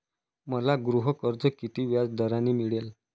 मला गृहकर्ज किती व्याजदराने मिळेल?